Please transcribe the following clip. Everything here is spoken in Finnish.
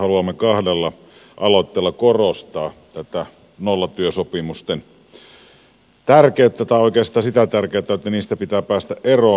haluamme kahdella aloitteella korostaa tätä nollatyösopimusten tärkeyttä tai oikeastaan sitä tärkeyttä että niistä pitää päästä eroon